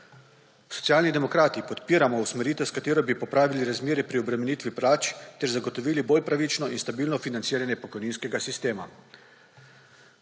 Socialni demokrati podpiramo usmeritev, s katero bi popravili razmerje pri obremenitvi plač ter zagotovili bolj pravično in stabilno financiranje pokojninskega sistema.